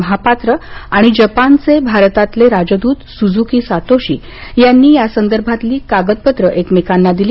महापात्र आणि जपानचे भारतातले राजदूत सुझुकी सातोशी यांनी यासंदर्भातली कागदपत्रं एकमेकांना दिली